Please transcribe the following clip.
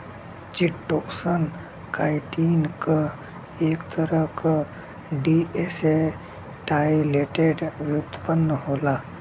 chitosan, chitin क एक तरह क डीएसेटाइलेटेड व्युत्पन्न होला